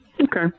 Okay